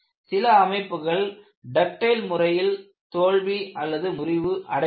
சில அமைப்புகள் டக்டைல் முறையில் தோல்வி முறிவு அடைகின்றன